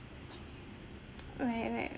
right right